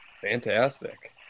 Fantastic